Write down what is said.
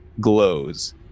glows